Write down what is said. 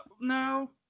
no